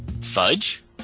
Fudge